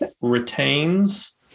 retains